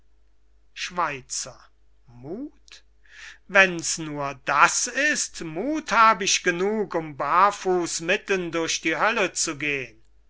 schweizer muth wenn's nur das ist muth hab ich genug um baarfuß mitten durch die hölle zu gehn